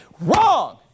Wrong